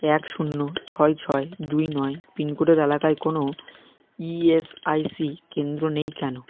এক শূন্য ছয় ছয় দুই নয় পিনকোডের এলাকায় কোনও ইএসআইসি কেন্দ্র নেই কেন